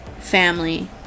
family